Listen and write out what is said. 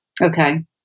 Okay